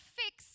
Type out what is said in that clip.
fix